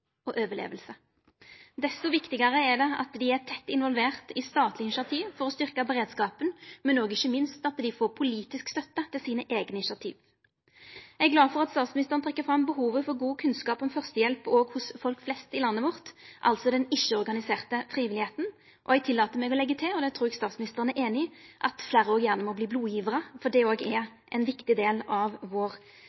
og overleving. Desto viktigare er det at dei er tett involverte i statlege initiativ for å styrkja beredskapen, men ikkje minst at dei får politisk støtte til sine eigne initiativ. Eg er glad for at statsministeren trekkjer fram behovet for god kunnskap om førstehjelp og for den ikkje-organiserte frivillige innsatsen. Eg tillèt meg å leggja til, og det trur eg statsministeren er einig i, at fleire òg gjerne må verta blodgjevarar. Det òg er